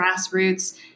grassroots